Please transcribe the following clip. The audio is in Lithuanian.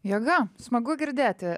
jėga smagu girdėti